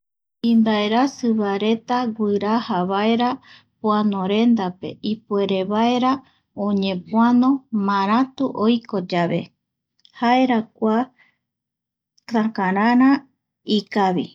Imbaerasi va reta guiraja vaera poanorendape, ipuere vaera oñepoano maratu oiko yave jera kua takarara ikavi